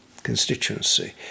constituency